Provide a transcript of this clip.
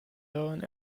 daran